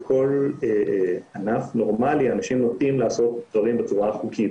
בכל ענף נורמלי אנשים נוהגים לעשות דברים בצורה החוקית,